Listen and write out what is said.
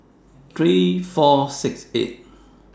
three thousand four hundred and sixty eight